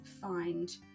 find